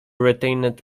retained